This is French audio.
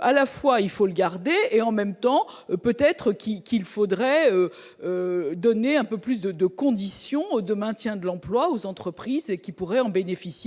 à la fois, il faut le garder et en même temps peut-être qu'il qu'il faudrait donner un peu plus de 2 conditions de maintien de l'emploi aux entreprises qui pourraient en bénéficier,